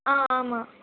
ஆ ஆமாம்